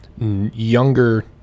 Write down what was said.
younger